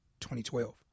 2012